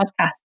podcast